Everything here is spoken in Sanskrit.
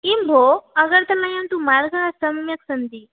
किं भोः आगर्तलायां तु मार्गाः सम्यक् सन्ति